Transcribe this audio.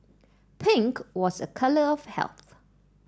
pink was a colour of health